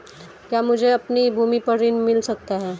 क्या मुझे अपनी भूमि पर ऋण मिल सकता है?